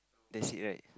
that's it right